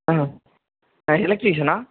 ஆ எலெக்ட்ரீஷியனா